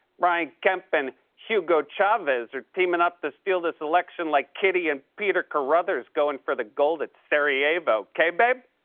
brian kemp and hugo chavez are teaming up to steal this election like kitty and peter carruthers going for the gold at sarajevo. okay, babe?